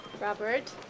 Robert